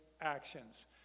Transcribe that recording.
actions